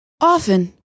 Often